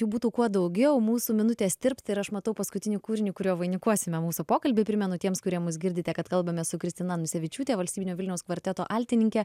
jų būtų kuo daugiau mūsų minutės tirpsta ir aš matau paskutiniu kūriniu kuriuo vainikuosime mūsų pokalbį primenu tiems kurie mus girdite kad kalbame su kristina anusevičiūte valstybinio vilniaus kvarteto altininke